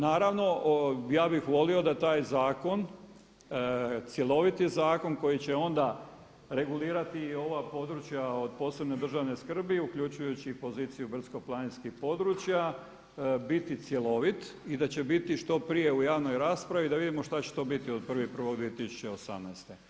Naravno, ja bih volio da taj zakon, cjeloviti zakon koji će onda regulirati i ova područja od posebne državne skrbi uključujući i poziciju brdsko-planinskih područja biti cjelovit i da će biti što prije u javnoj raspravi da vidimo što će to biti od 1.1.2018.